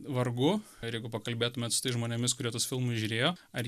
vargu ar jeigu pakalbėtumėt su tais žmonėmis kurie tuos filmus žiūrėjo ar